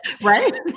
Right